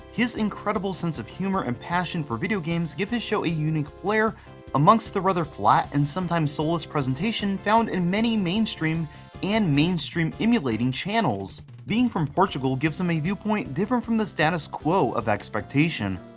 his incredible sense of humor and passion for video games give his show a unique flair amongst the rather flat and sometimes soulless presentation found in many mainstream and mainstream emulating channels. being from portugal gives him a viewpoint different than the status quo of expectation.